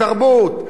בתרבות,